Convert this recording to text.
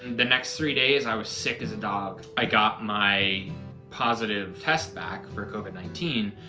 the next three days i was sick as a dog. i got my positive test back for covid nineteen.